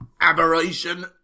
aberration